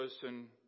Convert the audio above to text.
person